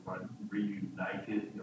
reunited